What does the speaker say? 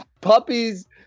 puppies